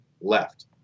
left